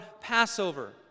Passover